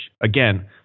again